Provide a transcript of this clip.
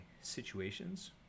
situations